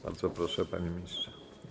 Bardzo proszę, panie ministrze.